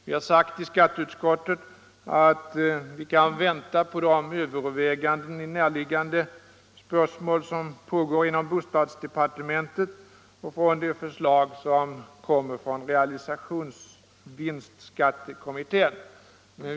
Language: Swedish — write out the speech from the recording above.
Vi har sagt i skatteutskottet att vi kan vänta på de överväganden i närliggande spörsmål som pågår inom bostadsdepartementet och på det förslag som kommer från realisationsvinstkommittén.